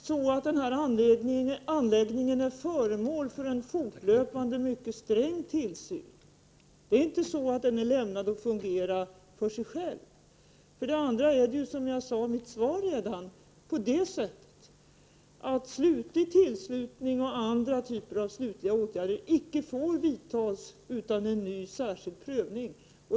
Herr talman! Den här anläggningen är faktiskt föremål för en fortlöpande mycket sträng tillsyn. Den är inte lämnad att fungera för sig själv. Som jag sade i mitt svar får icke en slutgiltig anslutning och andra typer av slutliga åtgärder vidtas utan en ny särskild prövning.